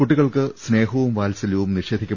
കൂട്ടികൾക്ക് സ്നേഹവും വാത്സല്യവും നിഷേധിക്ക